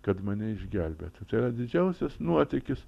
kad mane išgelbėtų tai yra didžiausias nuotykis